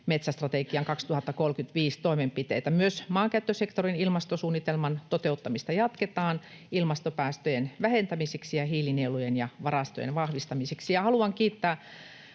metsästrategian 2035 toimenpiteitä. Myös maankäyttösektorin ilmastosuunnitelman toteuttamista jatketaan ilmastopäästöjen vähentämiseksi ja hiilinielujen ja ‑varastojen vahvistamiseksi. Haluan kiittää